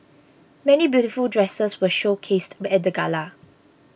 many beautiful dresses were showcased at the gala